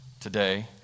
today